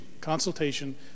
consultation